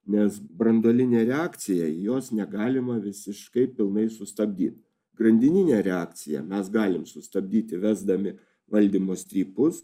nes branduolinė reakcija jos negalima visiškai pilnai sustabdyt grandininę reakciją mes galim sustabdyt įvesdami valdymo strypus